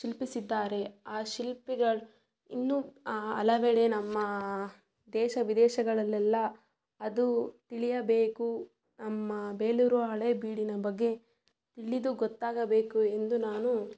ಶಿಲ್ಪಿಸಿದ್ದಾರೆ ಆ ಶಿಲ್ಪಿಗಳು ಇನ್ನೂ ಹಲವೆಡೆ ನಮ್ಮ ದೇಶ ವಿದೇಶಗಳಲೆಲ್ಲ ಅದು ತಿಳಿಯಬೇಕು ನಮ್ಮ ಬೇಲೂರು ಹಳೇಬೀಡಿನ ಬಗ್ಗೆ ತಿಳಿದು ಗೊತ್ತಾಗಬೇಕು ಎಂದು ನಾನು